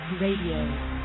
Radio